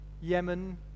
Yemen